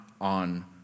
on